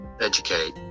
educate